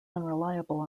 unreliable